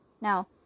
Now